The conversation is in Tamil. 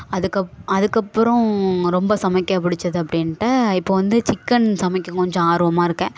அதுக்கப் அதுக்கப்புறம் ரொம்ப சமைக்க பிடிச்சது அப்படின்ட்டு இப்போது வந்து சிக்கன் சமைக்க கொஞ்சம் ஆர்வமாக இருக்கேன்